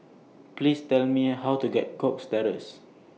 Please Tell Me How to get Cox Terrace